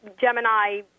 Gemini